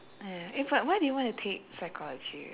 ya eh but why do you want to take psychology